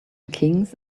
kings